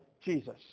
Jesus